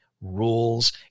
rules